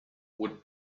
would